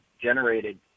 generated